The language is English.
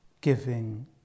giving